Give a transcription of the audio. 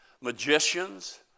magicians